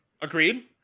Agreed